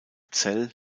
zell